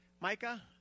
Micah